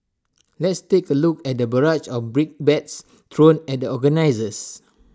let's take A look at the barrage of brickbats thrown at the organisers